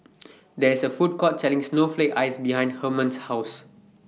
There IS A Food Court Selling Snowflake Ice behind Hermann's House